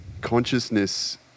consciousness